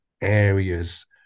areas